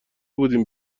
بودیم